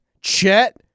Chet